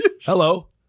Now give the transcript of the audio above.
hello